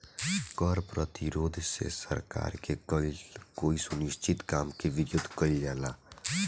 कर प्रतिरोध से सरकार के कईल कोई अनुचित काम के विरोध कईल जाला